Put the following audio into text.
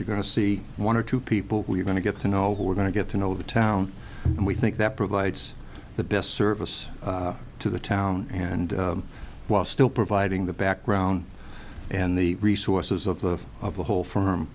you're going to see one or two people we're going to get to know who we're going to get to know the town and we think that provides the best service to the town and while still providing the background and the resources of the of the whole f